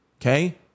Okay